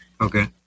Okay